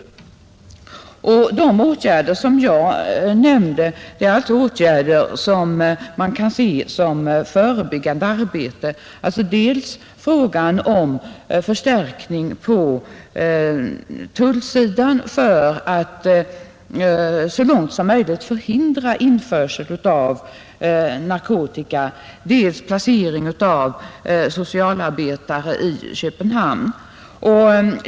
De åtgärder jag nämnde kan ses som ett förebyggande arbete; det gällde dels en förstärkning på tullsidan för att så långt som möjligt förhindra införsel av narkotika, dels placering av socialarbetare i Köpenhamn.